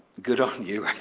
good on you.